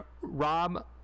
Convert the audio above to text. Rob